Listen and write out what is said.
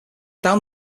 down